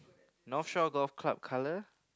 North Shore Golf Club colour